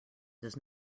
does